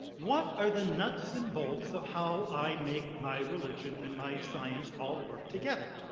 what are the nuts and bolts of how i make my religion and my science all work together?